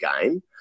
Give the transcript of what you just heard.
game